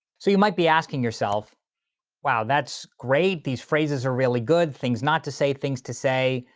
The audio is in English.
so you might be asking yourself wow, that's great. these phrases are really good. things not to say, things to say.